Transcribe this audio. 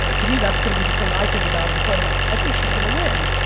ah to me, that's gonna be the thing i think about on the flight, i'm like, i think she's gonna win.